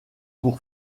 pour